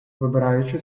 вибираючи